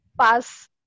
pass